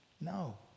No